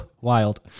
Wild